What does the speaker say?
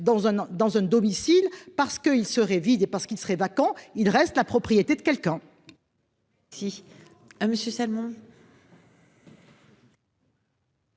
dans un domicile parce qu'ils seraient vides et parce qu'ils seraient vacants. Il reste la propriété de quelqu'un.